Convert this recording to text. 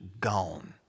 gone